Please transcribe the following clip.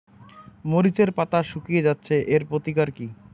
মরিচের পাতা শুকিয়ে যাচ্ছে এর প্রতিকার কি?